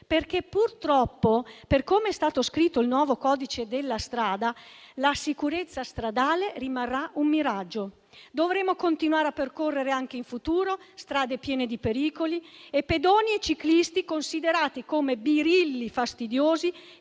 perché purtroppo, per come è stato scritto il nuovo codice della strada, la sicurezza stradale rimarrà un miraggio. Dovremo continuare a percorrere, anche in futuro, strade piene di pericoli, con pedoni e ciclisti considerati come birilli fastidiosi